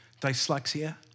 dyslexia